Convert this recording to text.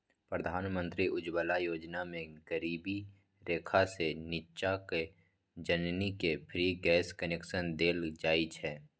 प्रधानमंत्री उज्जवला योजना मे गरीबी रेखासँ नीच्चाक जनानीकेँ फ्री गैस कनेक्शन देल जाइ छै